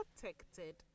protected